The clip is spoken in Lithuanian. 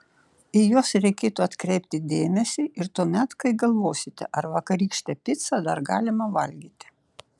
į juos reikėtų atkreipti dėmesį ir tuomet kai galvosite ar vakarykštę picą dar galima valgyti